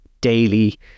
daily